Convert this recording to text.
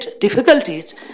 difficulties